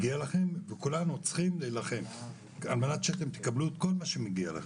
כולנו צריכים להילחם כדי שתקבלו את כל מה שמגיע לכם.